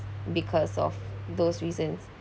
because of those reasons